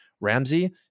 Ramsey